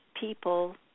people